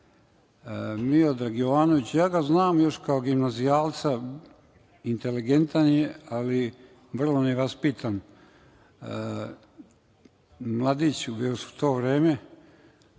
Miodrag Jovanović. Ja ga znam još kao gimnazijalca, inteligentan je ali vrlo nevaspitan mladić još u to vreme.